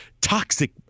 toxic